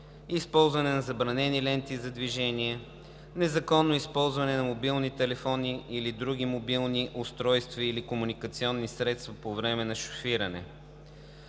използване на забранени ленти за движение, незаконно използване на мобилни телефони или други мобилни устройства или комуникационни средства по време на шофиране.